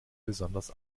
besonders